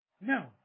No